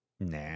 Nah